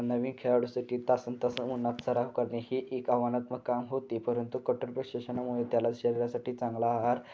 नवीन खेळाडूसाठी तासनतासं ऊन्हात सराव करणे हे एक आव्हानात्मक काम होते परंतु कठोर प्रशिक्षणामुळे त्याला शरीरासाठी चांगला आहार